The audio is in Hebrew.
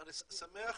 אני שמח